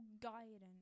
guidance